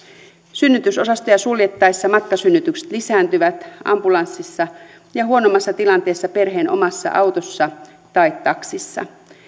synnytysosastoja suljettaessa matkasynnytykset lisääntyvät ambulanssissa ja huonommassa tilanteessa perheen omassa autossa tai taksissa